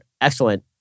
excellent